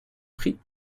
pris